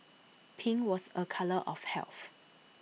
pink was A colour of health